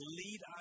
lead